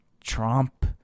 Trump